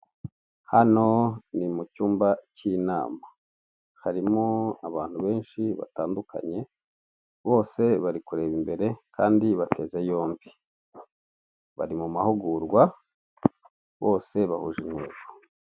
Hano ni mu cyumba cy'inama. Harimwo abantu benshi batandukanye, bose bari kureba imbere kandi bateze yombi. Bari mu mahugurwa, bose bahuje intego.